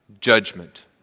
judgment